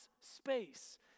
space